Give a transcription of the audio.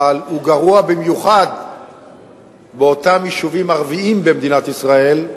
אבל הוא גרוע במיוחד ביישובים ערביים במדינת ישראל,